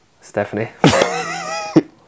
Stephanie